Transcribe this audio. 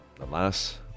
alas